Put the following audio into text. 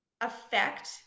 affect